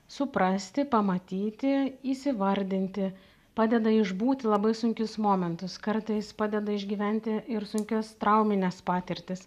suprasti pamatyti įsivardinti padeda išbūti labai sunkius momentus kartais padeda išgyventi ir sunkias traumines patirtis